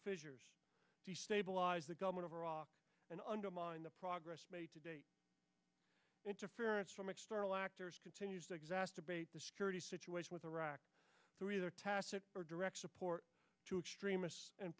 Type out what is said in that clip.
fissures stabilize the government of iraq and undermine the progress made to date interference from external actors continues to exacerbate the security situation with iraq through either tacit or direct support to extremists and